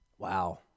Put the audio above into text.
Wow